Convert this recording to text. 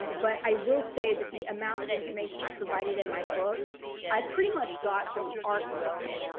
but i will say that the amount of information i provided in my book i pretty much got from the art market.